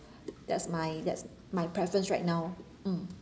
that's my that's my preference right now mm